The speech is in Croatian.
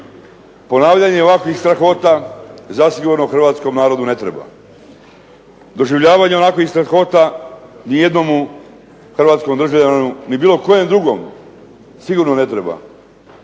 Ponavljanje ovakvih strahota hrvatskom narodu ne treba. Doživljavanju ovakvih strahota nijednom hrvatskom državljaninu ni bilo kojem drugom sigurno ne treba.